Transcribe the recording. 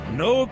no